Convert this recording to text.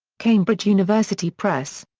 cambridge university press.